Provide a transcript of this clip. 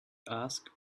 asked